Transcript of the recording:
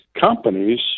companies